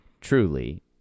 truly